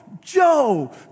Joe